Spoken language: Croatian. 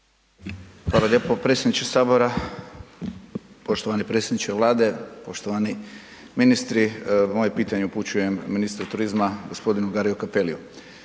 Hvala lijepo predsjedniče sabora. Poštovani predsjedniče Vlade, poštovani ministri moje pitanje upućujem ministru turizma gospodinu Gariu Cappeliu.